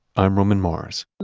i'm roman mars